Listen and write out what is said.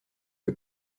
que